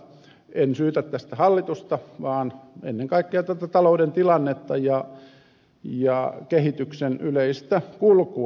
en syytä tästä hallitusta vaan ennen kaikkea tätä talouden tilannetta ja kehityksen yleistä kulkua